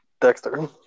Dexter